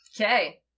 Okay